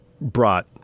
brought